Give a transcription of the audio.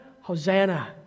Hosanna